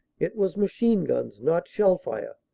it was machine-guns, not shell fire,